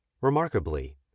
Remarkably